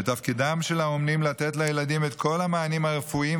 ותפקידם של האומנים לתת לילדים את כל המענים הרפואיים,